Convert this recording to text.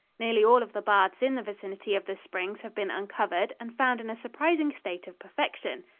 nearly all of the baths in the vicinity of the springs have been uncovered and found in a surprising state of perfection.